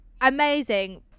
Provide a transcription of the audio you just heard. amazing